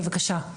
בבקשה.